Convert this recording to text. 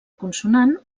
consonant